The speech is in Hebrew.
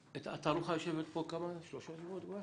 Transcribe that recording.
התערוכה יושבת פה שלושה שבועות בערך.